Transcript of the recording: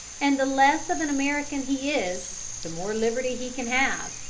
and the less of an american he is the more liberty he can have.